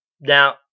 Now